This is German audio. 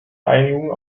einigung